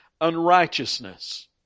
unrighteousness